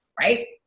right